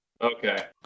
okay